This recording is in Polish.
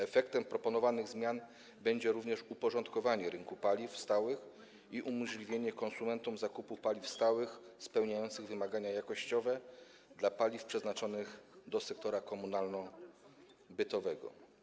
Efektem proponowanych zmian będzie również uporządkowanie rynku paliw stałych i umożliwienie konsumentom zakupu paliw stałych spełniających wymagania jakościowe dla paliw przeznaczonych do sektora komunalno-bytowego.